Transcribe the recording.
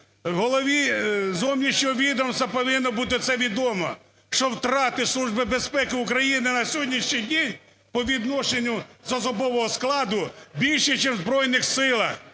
голові зовнішнього відомства повинно бути це відомо, що втрати Служби безпеки України на сьогоднішній день по відношенню до особового складу більші, чим в Збройних Силах.